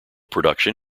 production